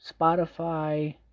Spotify